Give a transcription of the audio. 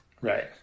Right